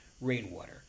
rainwater